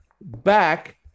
back